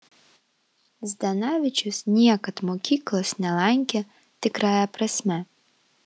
zdanavičius niekad mokyklos nelankė tikrąja prasme